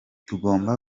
tugomba